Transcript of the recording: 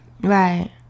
Right